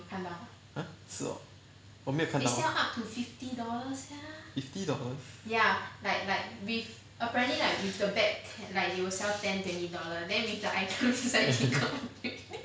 !huh! 是喔我没有看到 fifty dollars